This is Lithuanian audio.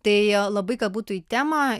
tai labai kad būtų į temą